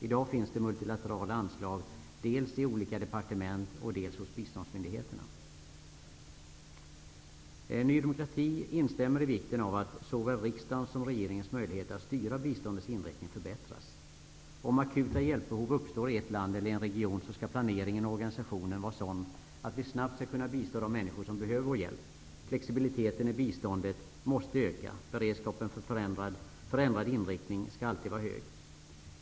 I dag finns det multilaterla anslag fördelat dels i olika departement, dels hos biståndsmyndigheterna. Ny demokrati instämmer i vikten av att såväl riksdagens som regeringens möjligheter att styra biståndets inriktning förbättras. Om akuta hjälpbehov uppstår i ett land eller i en region skall planeringen och organisationen vara sådan att vi snabbt skall kunna bistå de människor som behöver vår hjälp. Flexibiliteten i biståndet måste öka -- beredskapen för ändrad inriktning skall alltid vara hög.